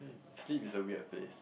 sleep is a weird place